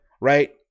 right